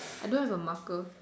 I don't have a marker